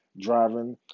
driving